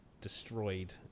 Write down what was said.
destroyed